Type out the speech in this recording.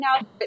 now